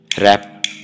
rap